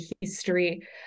history